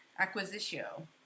Acquisitio